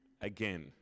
again